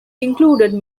included